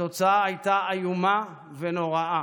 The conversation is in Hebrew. התוצאה הייתה איומה ונוראה: